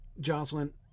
Jocelyn